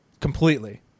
completely